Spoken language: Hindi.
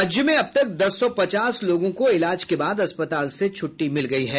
राज्य में अब तक दस सौ पचास लोगों को इलाज के बाद अस्पताल से छुट्टी दे दी गयी है